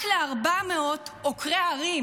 רק ל-400 עוקרי הרים,